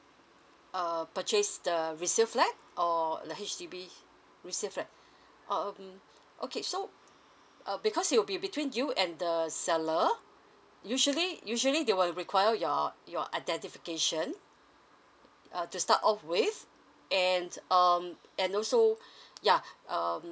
uh purchase the resale flat or the H_D_B resale flat oh um okay so uh because it will be between you and the seller usually usually they will require your your identification uh to start off with and um and also yeah um